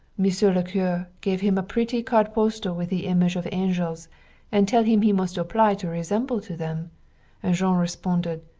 mr. le cure give him a pretty card postal with the image of angels and tell him he must apply to resemble to them and jean responded,